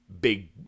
big